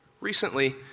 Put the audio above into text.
Recently